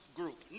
group